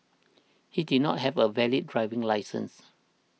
he did not have a valid driving licence